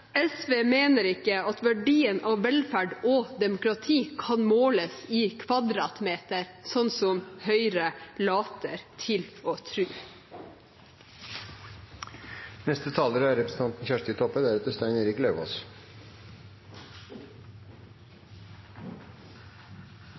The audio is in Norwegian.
SV mener ikke at verdien av velferd og demokrati kan måles i kvadratmeter, sånn som Høyre later til å tro. Som representanten Sverre Myrli spurde om i stad, vil eg òg spørja: Kor er